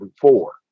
four